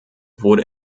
wurde